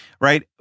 Right